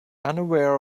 unaware